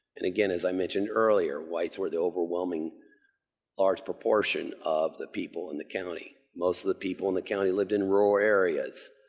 and again as i mentioned earlier, whites were the overwhelming large proportion of the people in the county. most of the people in the county lived in rural areas.